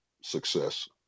success